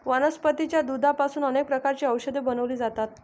वनस्पतीच्या दुधापासून अनेक प्रकारची औषधे बनवली जातात